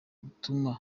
butuma